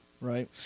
right